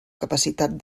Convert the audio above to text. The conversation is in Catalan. capacitat